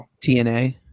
TNA